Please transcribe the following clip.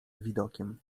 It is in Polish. widokiem